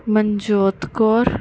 Manjot Kaur